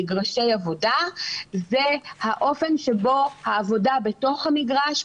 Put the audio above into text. מה שמותר לנו במגרשי עבודה זה האופן שבו העבודה בתוך המגרש,